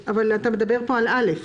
אתה מדבר פה על תקנת משנה (א).